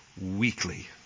Weekly